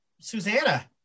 Susanna